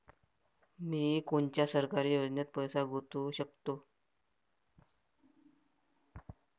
मी कोनच्या सरकारी योजनेत पैसा गुतवू शकतो?